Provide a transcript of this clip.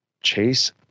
Chase